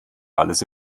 alles